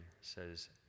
says